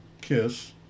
KISS